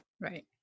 right